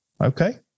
okay